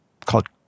called